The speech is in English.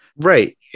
Right